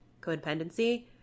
codependency